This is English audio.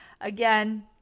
again